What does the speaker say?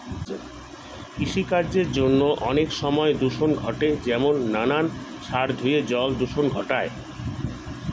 কৃষিকার্যের জন্য অনেক সময় দূষণ ঘটে যেমন নানান সার ধুয়ে জল দূষণ ঘটায়